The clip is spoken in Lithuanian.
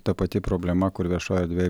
ta pati problema kur viešoj erdvėj